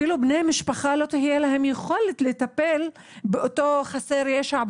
אפילו בני משפחה לא תהיה להם יכולת לטפל באותו חסר ישע,